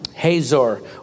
Hazor